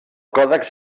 còdex